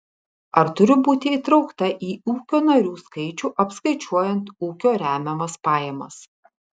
ar turiu būti įtraukta į ūkio narių skaičių apskaičiuojant ūkio remiamas pajamas